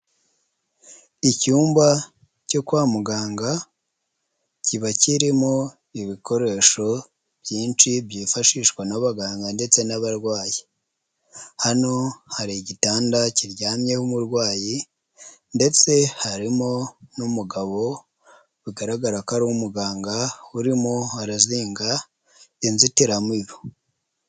Icyumba cyo kwa muganga kiba kirimo ibikoresho byinshi byifashishwa n'abaganga ndetse n'abarwayi, hano hari igitanda kiryamyeho umurwayi ndetse harimo n'umugabo bigaragara ko ari umuganga urimo arazinga inzitiramibu.